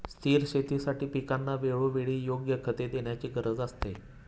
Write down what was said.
स्थिर शेतीसाठी पिकांना वेळोवेळी योग्य खते देण्याची गरज असते